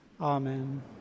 Amen